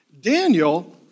Daniel